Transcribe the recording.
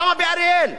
למה באריאל?